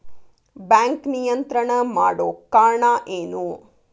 Bank ನಿಯಂತ್ರಣ ಮಾಡೊ ಕಾರ್ಣಾ ಎನು?